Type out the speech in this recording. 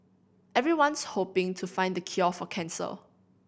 everyone's hoping to find the cure for cancer